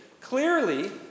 clearly